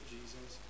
Jesus